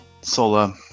Sola